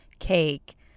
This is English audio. cake